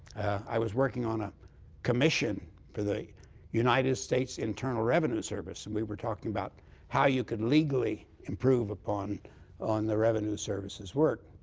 i was working on a commission for the united states internal revenue service, and we were talking about how you can legally improve upon on the revenue services work.